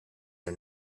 are